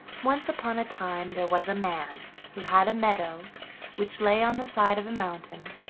once upon a time there was a man who had a meadow which lay on the side of a mountain,